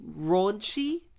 Raunchy